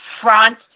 front